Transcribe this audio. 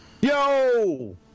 Yo